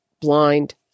blind